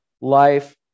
life